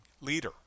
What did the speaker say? leader